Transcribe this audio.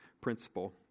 principle